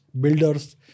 builders